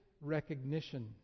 recognition